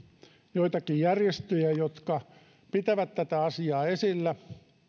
joitakin järjestöjä jotka pitävät tätä asiaa esillä